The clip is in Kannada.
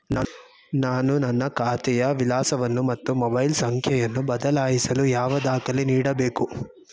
ನಾನು ನನ್ನ ಖಾತೆಯ ವಿಳಾಸವನ್ನು ಮತ್ತು ಮೊಬೈಲ್ ಸಂಖ್ಯೆಯನ್ನು ಬದಲಾಯಿಸಲು ಯಾವ ದಾಖಲೆ ನೀಡಬೇಕು?